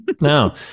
no